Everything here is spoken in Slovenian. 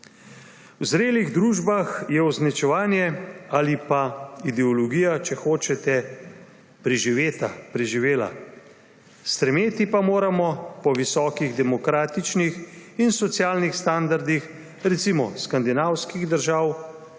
V zrelih družbah je označevanje ali pa ideologija, če hočete, preživeta, preživela. Strmeti pa moramo po visokih demokratičnih in socialnih standardih, recimo skandinavskih držav.